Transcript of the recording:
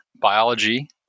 biology